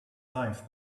life